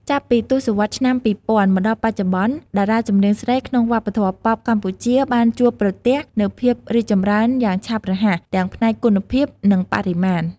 ចាប់ពីទសវត្សរ៍ឆ្នាំ ២០០០ មកដល់បច្ចុប្បន្ន តារាចម្រៀងស្រីក្នុងវប្បធម៌ប៉ុបកម្ពុជាបានជួបប្រទះនូវភាពរីកចម្រើនយ៉ាងឆាប់រហ័ស ទាំងផ្នែកគុណភាព និងបរិមាណ។